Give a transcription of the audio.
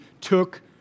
took